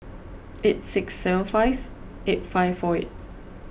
eight six seven five eight five four eight